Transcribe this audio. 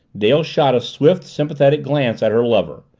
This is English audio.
dale shot a swift, sympathetic glance at her lover,